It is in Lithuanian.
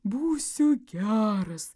būsiu geras